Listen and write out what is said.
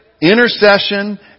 intercession